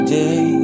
day